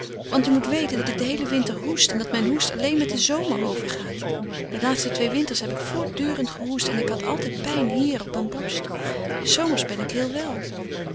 want u moet weten dat ik den heelen winter hoest en dat mijn hoest alleen met den zomer overgaat de twee laatste winters heb ik voortdurend gehoest en ik had altijd pijn hier op mijn borst s zomers ben ik heel wel